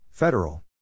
Federal